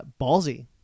Ballsy